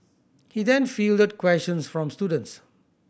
he then fielded questions from students